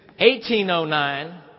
1809